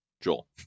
Joel